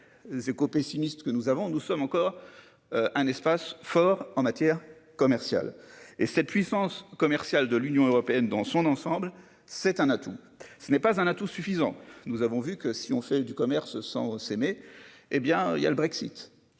les. Échos pessimiste que nous avons, nous sommes encore. Un espace fort en matière commerciale et cette puissance commerciale de l'Union européenne dans son ensemble. C'est un atout. Ce n'est pas un atout suffisant. Nous avons vu que si on fait du commerce sans s'aimer. Eh bien il y a le Brexit.